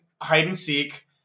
hide-and-seek